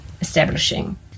establishing